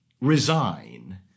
resign